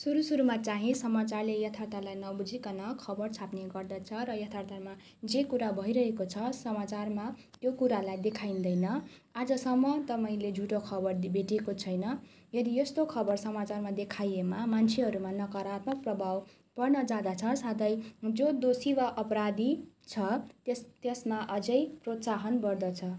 सुरू सुरूमा चाहिँ समाचारले यथार्थलाई नबुझीकन खबर छाप्ने गर्दछ र यथार्थमा जे कुरा भइरहेको छ समाचारमा त्यो कुरालाई देखाइँदैन आजसम्म त मैले झुटो खबर भेटिएको छैन यदि यस्तो खबर समाचारमा देखाइएमा मान्छेहरूमा नकरात्मक प्रभाव पर्न जाँदछ साथै जो दोषी वा अपराधी छ त्यसमा अझ प्रोत्साहन बढ्दछ